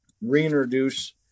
reintroduce